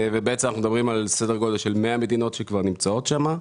כך שאנחנו מדברים על סדר גודל של 100 מדינות שכבר נמצאות שם.